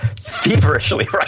feverishly